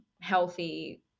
healthy